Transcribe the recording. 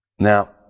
Now